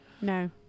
No